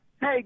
Hey